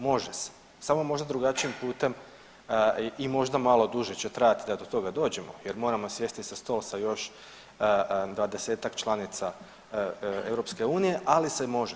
Može se, samo možda drugačijim putem i možda malo duže će trajati da to toga dođemo jer moramo sjesti za stol sa još 20-ak članica EU, ali se može.